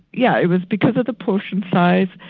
yeah, it was because of the portion size.